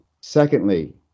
Secondly